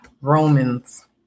Romans